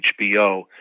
HBO